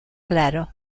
claro